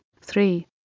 three